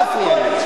אל תפריע לי.